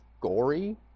gory